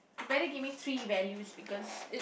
you better give me three values because it